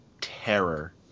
terror